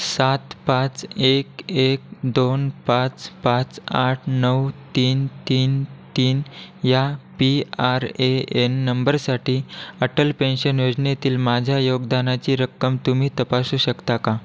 सात पाच एक एक दोन पाच पाच आठ नऊ तीन तीन तीन या पी आर ए एन नंबरसाठी अटल पेन्शन योजनेतील माझ्या योगदानाची रक्कम तुम्ही तपासू शकता का